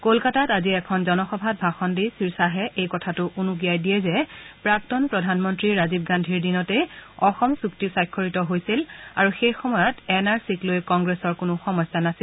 কলকাতাত আজি এখন জনসভাত ভাষণ দি শ্ৰীশ্বাহে এই কথাটো উনুকিয়াই দিয়ে যে প্ৰাক্তন প্ৰধানমন্ত্ৰী ৰাজীৱ গান্ধীৰ দিনতেই অসম চুক্তি স্বাক্ষৰিত হৈছিল আৰু সেই সময়ত এন আৰ চিক লৈ কংগ্ৰেছৰ কোনো সমস্যা নাছিল